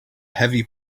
heavy